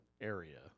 area